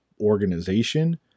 organization